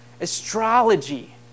Astrology